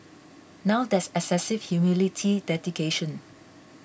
now that's excessive humility dedication